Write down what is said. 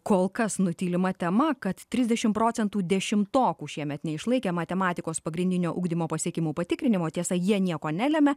kol kas nutylima tema kad trisdešim procentų dešimtokų šiemet neišlaikė matematikos pagrindinio ugdymo pasiekimų patikrinimo tiesa jie nieko nelemia